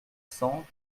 cents